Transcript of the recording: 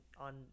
on